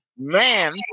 Man